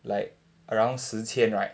like around 十千 right